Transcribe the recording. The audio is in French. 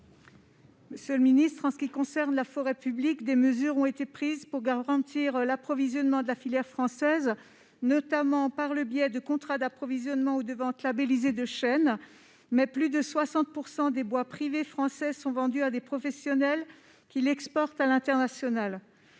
pour la réplique. En ce qui concerne la forêt publique, des mesures ont été prises pour garantir l'approvisionnement de la filière française, notamment par le biais de contrats d'approvisionnement ou de ventes labellisées de chênes. Cependant, plus de 60 % des stocks de bois privés français sont vendus à des professionnels pour être exportés. Il est capital